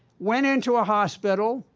went into a hospital.